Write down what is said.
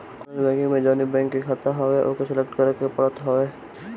online banking में जवनी bank के खाता हवे ओके सलेक्ट करे के पड़त हवे